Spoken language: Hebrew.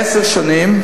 עשר שנים,